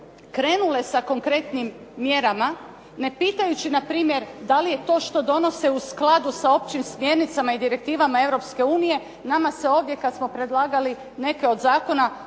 krenule sa konkretnim mjerama, ne pitajući npr. da li je to što donose u skladu sa općim smjernicama i direktivama Europske unije. Nama se ovdje kada smo predlagali neke od zakona